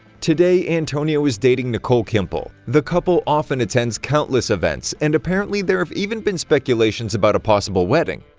today, antonio is dating nicole kimpel. the couple often attends countless events and apparently there have even been speculations about a possible wedding.